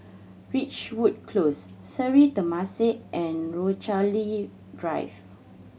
Ridgewood Close Sri Temasek and Rochalie Drive